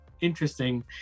interesting